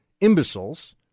imbeciles